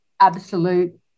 absolute